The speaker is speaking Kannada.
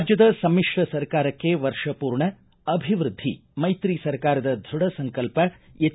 ರಾಜ್ಯದ ಸಮ್ಮಿತ್ರ ಸರ್ಕಾರಕ್ಕೆ ವರ್ಷ ಪೂರ್ಣ ಅಭಿವೃದ್ಧಿ ಮೈತ್ರಿ ಸರ್ಕಾರದ ದೃಢ ಸಂಕಲ್ಪ ಎಚ್